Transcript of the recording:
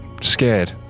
scared